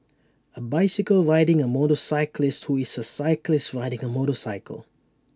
A bicycle riding A motorcyclist who is A cyclist riding A motorcycle